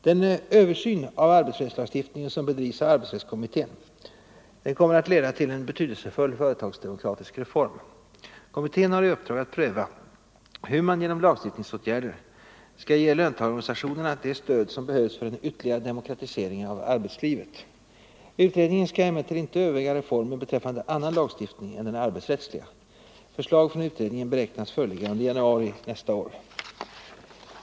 Den översyn av arbetsfredslagstiftningen som bedrivs av arbetsrättskommittén kommer att leda till en betydelsefull företagsdemokratisk reform. Kommittén har i uppdrag att pröva hur man genom lagstiftningsåtgärder skall ge löntagarorganisationerna det stöd som behövs för en ytterligare demokratisering av arbetslivet. Utredningen skall emellertid inte överväga reformer beträffande annan lagstiftning än den arbetsrättsliga. Förslag från utredningen beräknas föreligga under januari 1975.